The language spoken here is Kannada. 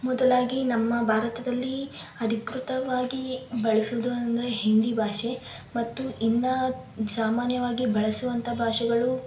ಮೊದಲಾಗಿ ನಮ್ಮ ಭಾರತದಲ್ಲಿ ಅಧಿಕೃತವಾಗಿ ಬಳಸೋದು ಅಂದರೆ ಹಿಂದಿ ಭಾಷೆ ಮತ್ತು ಇನ್ನು ಸಾಮಾನ್ಯವಾಗಿ ಬಳಸುವಂಥ ಭಾಷೆಗಳು